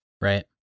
right